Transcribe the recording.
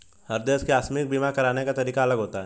हर देश के आकस्मिक बीमा कराने का तरीका अलग होता है